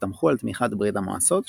הסתמכו על תמיכת ברית המועצות,